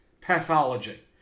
pathology